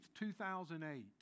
2008